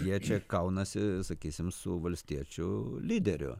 jie čia kaunasi sakysim su valstiečių lyderiu